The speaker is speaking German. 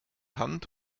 hand